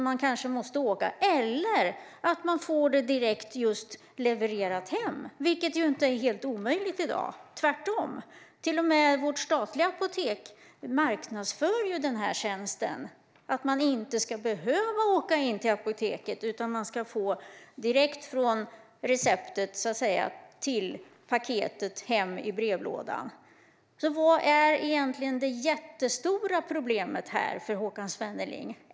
Man kanske måste åka någonstans för att få ut det. Man kan också få det levererat hem, vilket i dag inte är helt omöjligt - tvärtom. Till och med vårt statliga apotek marknadsför den tjänsten. Man ska inte behöva åka till apoteket, utan man ska få det direkt från receptet, så att säga, som ett paket hem i brevlådan. Vad är egentligen det jättestora problemet för Håkan Svenneling?